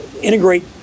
integrate